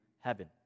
heaven